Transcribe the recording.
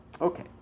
Okay